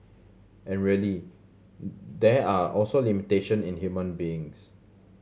and really there are also limitation in human beings